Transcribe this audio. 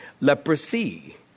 Leprosy